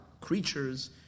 creatures